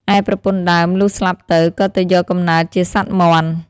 ឯប្រពន្ធដើម លុះស្លាប់ទៅ ក៏ទៅយកកំណើត ជាសត្វមាន់។